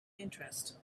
interest